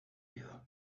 you